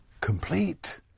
complete